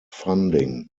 funding